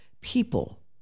people